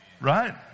right